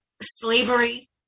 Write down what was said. slavery